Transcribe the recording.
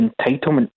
entitlement